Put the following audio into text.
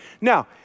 Now